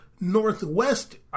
northwest